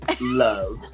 love